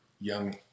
young